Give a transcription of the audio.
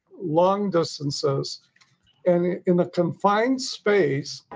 long distances and in a confined space.